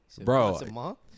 Bro